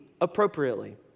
appropriately